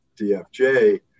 DFJ